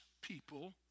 people